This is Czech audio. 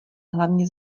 hlavně